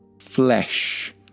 Flesh